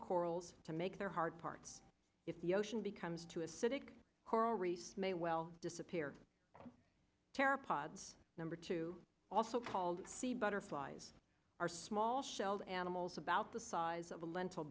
corals to make their hard parts if the ocean becomes too acidic coral reefs may well disappear terra pods number two also called the butterflies are small shelled animals about the size of a lentil